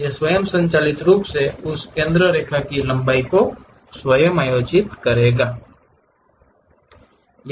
यह स्वचालित रूप से उस केंद्र रेखा की लंबाई को समायोजित करता है